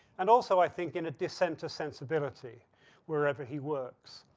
and also i think in a dissenter sensibility wherever he works,